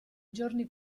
giorni